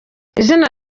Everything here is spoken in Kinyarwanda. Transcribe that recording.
izina